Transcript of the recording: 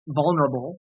vulnerable